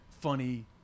funny